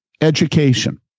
education